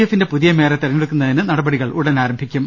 എഫിന്റെ പുതിയ മേയറെ തിരഞ്ഞെടുക്കുന്നതിനുള്ള നടപടികൾ ഉടൻ ആരംഭിക്കും